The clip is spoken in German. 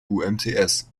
umts